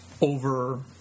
over